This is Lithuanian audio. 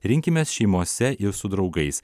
rinkimės šeimose ir su draugais